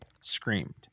screamed